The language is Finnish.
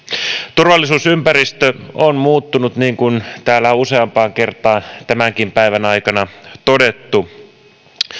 turvallisuusympäristö on muuttunut niin kuin täällä on useampaan kertaan tämänkin päivän aikana todettu